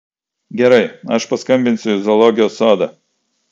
gerai aš paskambinsiu į zoologijos sodą